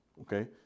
Okay